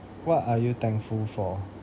what are you thankful for